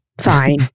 fine